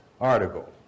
article